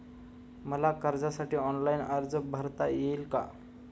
मला कर्जासाठी ऑनलाइन अर्ज भरता येईल का?